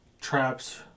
traps